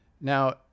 Now